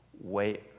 Wait